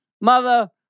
Mother